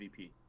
MVP